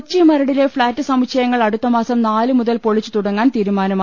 കൊച്ചി മരടിലെ ഫ്ളാറ്റ് സമുച്ചയങ്ങൾ അടുത്തമാസം നാല് മുതൽ പൊളിച്ചു തുടങ്ങാൻ തീരുമാനമായി